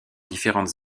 différentes